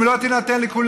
אם היא לא תינתן לכולם,